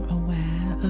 aware